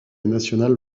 national